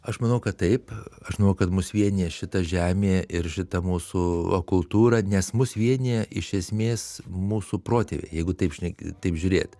aš manau kad taip aš manau kad mus vienija šita žemė ir šita mūsų kultūra nes mus vienija iš esmės mūsų protėviai jeigu taip šne taip žiūrėt